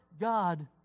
God